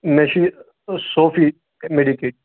مےٚ چھِ صوفی میٚڈِکیٹ